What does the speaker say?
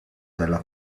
della